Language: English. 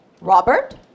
Robert